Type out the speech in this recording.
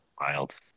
Wild